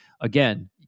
again